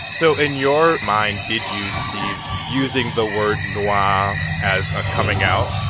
so in your mind, did you see using the word noir ah as a coming out?